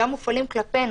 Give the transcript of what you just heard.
מופעלים גם כלפינו.